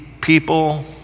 people